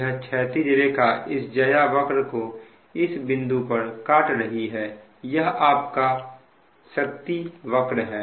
यह क्षैतिज रेखा इस ज्या वक्र को इस बिंदु पर काट रही है यह आपका शक्ति वक्र है